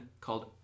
called